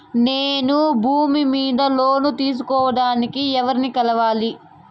నేను భూమి మీద లోను తీసుకోడానికి ఎవర్ని కలవాలి?